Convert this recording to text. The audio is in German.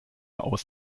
aus